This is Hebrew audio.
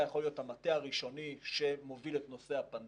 רח"ל הייתה יכולה להיות המטה הראשוני שמוביל את נושא הפנדמיה,